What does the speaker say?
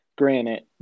Granted